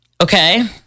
Okay